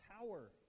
power